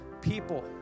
people